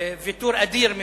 ויתור אדיר מבחינתך,